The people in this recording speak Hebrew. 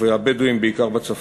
והבדואיים בעיקר בצפון.